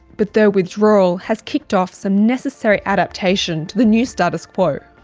but their withdrawal has kicked off some necessary adaptation to the new status quo.